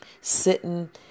sitting